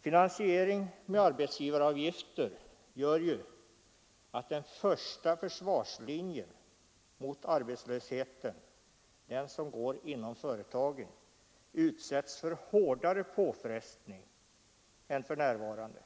Finansiering med arbetsgivaravgifter gör ju att den första försvarslinjen mot arbetslösheten, den som går inom företagen, utsätts för hårdare påfrestning än för närvarande